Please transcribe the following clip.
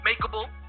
makeable